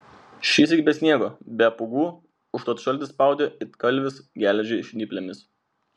šįsyk be sniego be pūgų užtat šaltis spaudė it kalvis geležį žnyplėmis